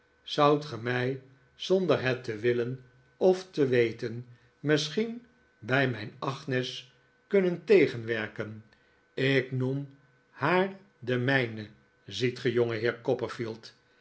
zoudt ge mij zonder het te willen of te weten misschien bij mijn agnes kunnen tegenwerken ik uriah s slaap noem haar de mijne ziet ge